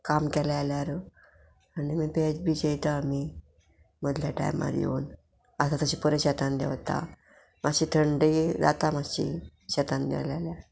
काम केलें आल्यार आनी मागीर पेज बी जेयता आमी मदल्या टायमार येवन आसा तशें परत शेतान देंवता मातशी थंडी जाता मातशी शेतान देंवले जाल्यार